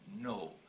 No